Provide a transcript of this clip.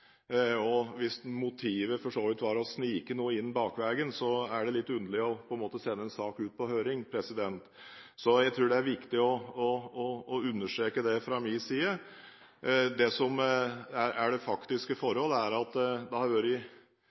og hvis motivet var å snike noe inn bakveien, er det litt underlig å sende saken ut på høring. Det er viktig å understreke det fra min side. Det som er det faktiske forhold, er at det har vært